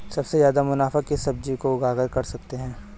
सबसे ज्यादा मुनाफा किस सब्जी को उगाकर कर सकते हैं?